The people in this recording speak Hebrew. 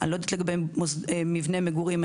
אני לא יודעת לגבי מבני מגורים,